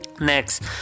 Next